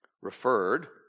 referred